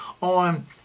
on